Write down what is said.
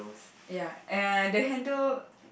ya uh the handle